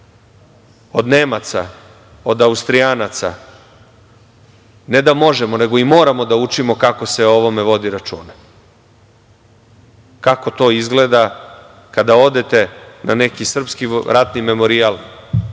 od Nemaca, od Austrijanaca, ne da možemo, nego i moramo da učimo kako se o ovome vodi računa, kako to izgleda kada odete na neki srpski ratni memorijal,